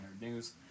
News